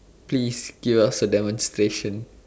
please give us a demonstration